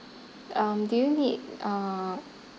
um do you need uh